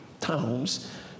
towns